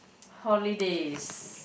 holidays